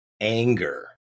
anger